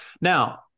Now